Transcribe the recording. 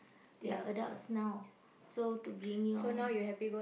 you're adults now so to bring you all